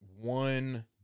one